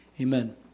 Amen